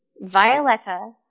Violetta